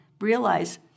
realize